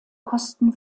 kosten